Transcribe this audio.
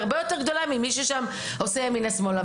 הרבה יותר גדולה ממי ששם עושה ימינה שמאלה.